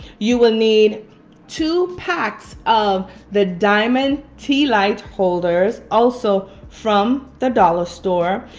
you will need two packs of the diamond tea-light holders, also from the dollar store.